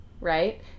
Right